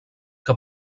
que